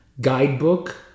guidebook